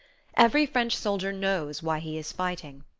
every french soldier knows why he is fighting,